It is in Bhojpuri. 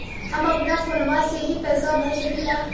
हम अपना फोनवा से ही पेसवा भर सकी ला?